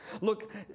Look